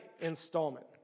installment